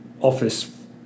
office